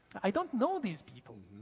i don't know these people.